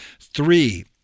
Three